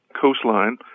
coastline